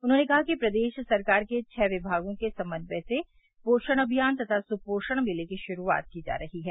उन्होंने कहा कि प्रदेश सरकार के छह विभागों के समन्वय से पोषण अभियान तथा सुपोषण मेले की शुरूआत की जा रही है